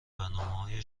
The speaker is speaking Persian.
برنامه